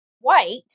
white